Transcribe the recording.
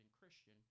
Christian